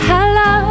Hello